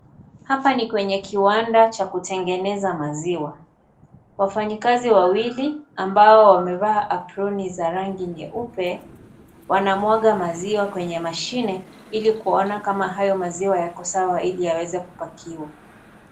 Hapa ni kwenye kiwanda cha kutengeneza maziwa. Wafanyikazi wawili ambao wamevaa aproni za rangi nyeupe wanamwaga maziwa kwenye mashine ili kuona kama hayo maziwa yako sawa ili yaweza kupakiwa.